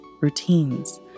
routines